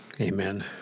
Amen